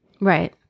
Right